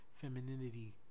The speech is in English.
femininity